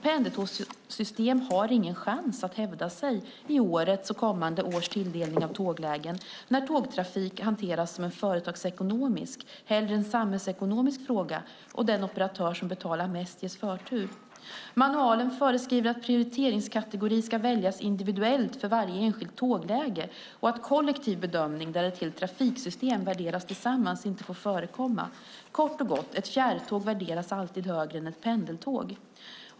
Pendeltågssystem har ingen chans att hävda sig i årets och kommande års tilldelning av tåglägen när tågtrafik hanteras som en företagsekonomisk hellre än samhällsekonomisk fråga och den operatör som betalar mest ges förtur. Manualen föreskriver att prioriteringskategori ska väljas individuellt för varje enskilt tågläge och att kollektiv bedömning där ett helt trafiksystem värderas tillsammans inte får förekomma. Kort och gott: Ett fjärrtåg värderas alltid högre än ett pendeltåg.